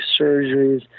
surgeries